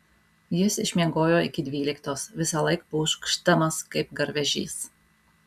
jis išmiegojo iki dvyliktos visąlaik pūkšdamas kaip garvežys